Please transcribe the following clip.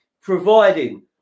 providing